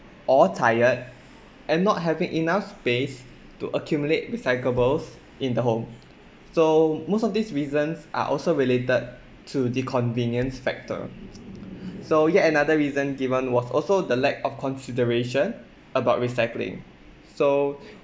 or tired and not having enough space to accumulate recyclables in the home so most of these reasons are also related to the convenience factor so yet another reason given was also the lack of consideration about recycling so